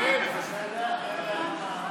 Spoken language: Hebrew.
אין נמנעים.